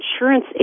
insurance